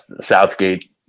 Southgate